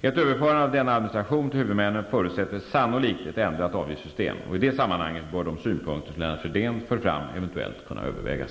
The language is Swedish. Ett överförande av denna administration till huvudmännen förutsätter sannolikt ett ändrat avgiftssystem, och i det sammanhanget bör de synpunkter som Lennart Fridén för fram eventuellt kunna övervägas.